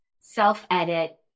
self-edit